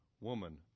woman